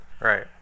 Right